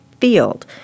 field